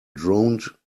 droned